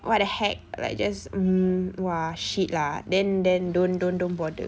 what the heck like just mm !wah! shit lah then then don't don't don't bother